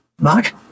Mark